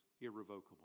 irrevocable